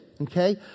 okay